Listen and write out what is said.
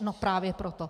No právě proto.